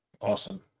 awesome